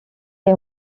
est